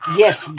yes